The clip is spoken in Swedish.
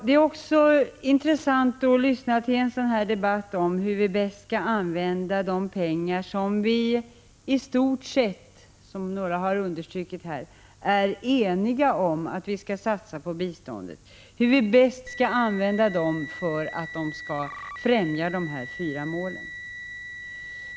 Det är också intressant att lyssna till en sådan här debatt om hur vi bäst skall använda de pengar som vii stort sett — vilket några har understrukit — är eniga om att vi skall satsa på biståndet, för att de skall främja de här fyra målen.